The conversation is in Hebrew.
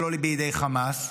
שלא בידי חמאס,